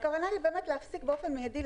הכוונה היא להפסיק באופן מידי,